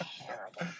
terrible